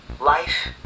life